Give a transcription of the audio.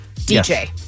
DJ